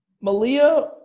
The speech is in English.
Malia